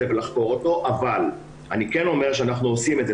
הזה ולחקור אותו אבל אני כן אומר שאנחנו עושים את זה.